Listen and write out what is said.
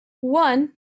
one